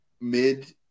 mid-